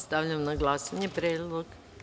Stavljam na glasanje predlog.